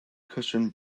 cushion